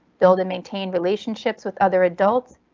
build and maintain relationships with other adults,